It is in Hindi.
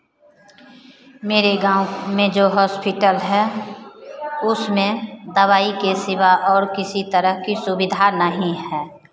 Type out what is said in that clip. मेरे गाँव में जो हॉस्पिटल है उसमें दवाई के सिवा और किसी तरह की सुविधा नहीं है